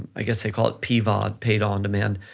i guess they call it pvod, paid on-demand,